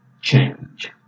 change